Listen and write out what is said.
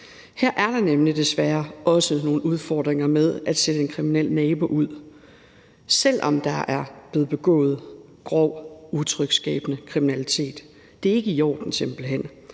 Her er der nemlig desværre også nogle udfordringer med at sætte en kriminel nabo ud, selv om der er blevet begået grov utryghedsskabende kriminalitet. Det er simpelt hen